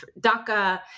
DACA